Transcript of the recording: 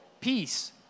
peace